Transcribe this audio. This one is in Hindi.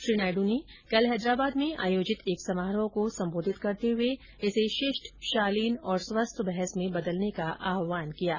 श्री नायडू ने कल हैदराबाद में आयोजित एक समारोह को सम्बोधित करते हुए इसे शिष्ट शालीन और स्वस्थ बहस में बदलने का आहवान किया है